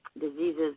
diseases